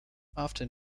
often